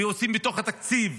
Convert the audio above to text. ויוצרים בתוך התקציב